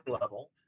level